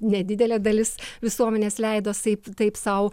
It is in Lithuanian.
nedidelė dalis visuomenės leidos taip taip sau